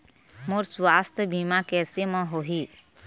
मोर सुवास्थ बीमा कैसे म होही?